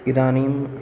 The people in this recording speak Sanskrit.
इदानीं